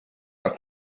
are